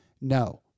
No